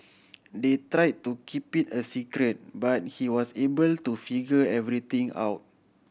they try to keep it a secret but he was able to figure everything out